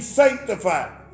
sanctified